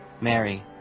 Mary